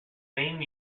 same